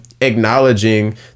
acknowledging